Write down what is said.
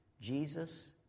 Jesus